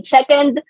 Second